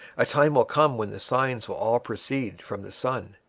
a time will come when the signs will all proceed from the son.